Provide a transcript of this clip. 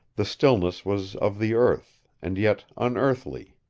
the stillness was of the earth, and yet unearthly.